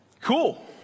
cool